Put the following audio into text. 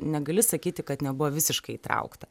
negali sakyti kad nebuvo visiškai įtraukta